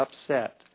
upset